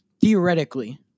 theoretically